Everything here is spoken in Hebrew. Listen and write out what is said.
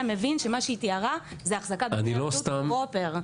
היה מבין שמה שהיא תיארה זה החזקה בתנאי עבדות פרופר.